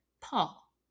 Paul